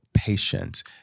Patience